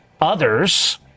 others